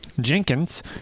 jenkins